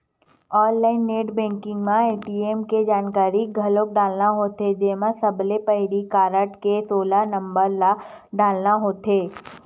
online net banking म ATM के जानकारी घलोक डालना होथे जेमा सबले पहिली कारड के सोलह नंबर ल डालना होथे